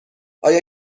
آیا